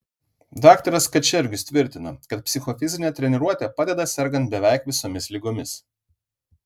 daktaras kačergius tvirtina kad psichofizinė treniruotė padeda sergant beveik visomis ligomis